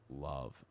love